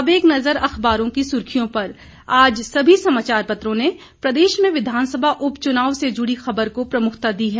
अब एक नज़र अखबारों की सुर्खियों पर आज सभी समाचार पत्रों ने प्रदेश में विधानसभा उपच्नाव से जुड़ी खबर को प्रमुखता दी है